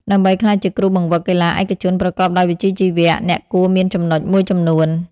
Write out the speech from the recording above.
ដើម្បីក្លាយជាគ្រូបង្វឹកកីឡាឯកជនប្រកបដោយវិជ្ជាជីវៈ អ្នកគួរមានចំណុចមួយចំនួន។